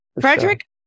frederick